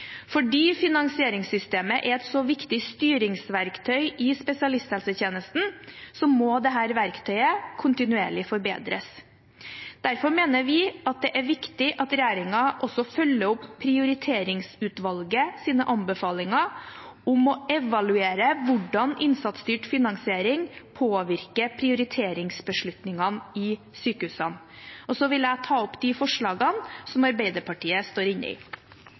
Fordi finansieringssystemet er et så viktig styringsverktøy i spesialisthelsetjenesten, må dette verktøyet kontinuerlig forbedres. Derfor mener vi det er viktig at regjeringen også følger opp Prioriteringsutvalgets anbefalinger om å evaluere hvordan innsatsstyrt finansiering påvirker prioriteringsbeslutningene i sykehusene. Og så vil jeg ta opp forslag nr. 2 på vegne av Arbeiderpartiet,